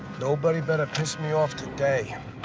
nobody better piss me off today.